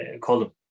column